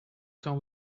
come